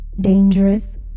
dangerous